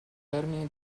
termine